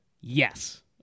Yes